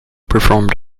performed